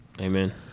Amen